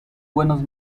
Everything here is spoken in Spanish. buenos